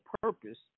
purpose